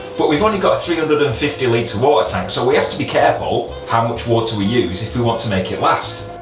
but we've only got three hundred and fifty litre water tank so we have to be careful how much water we use if we want to make it last.